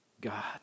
God